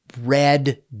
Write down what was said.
red